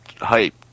hype